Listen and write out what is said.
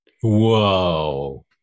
Whoa